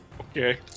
Okay